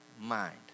Mind